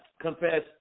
confess